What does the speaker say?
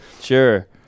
Sure